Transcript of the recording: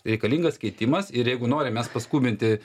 reikalingas keitimas ir jeigu norim mes paskubinti